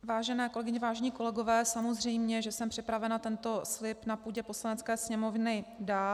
Vážené kolegyně, vážení kolegové, samozřejmě že jsem připravena tento slib na půdě Poslanecké sněmovny dát.